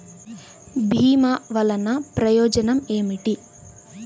భీమ వల్లన ప్రయోజనం ఏమిటి?